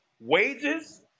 wages